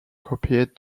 copied